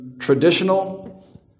traditional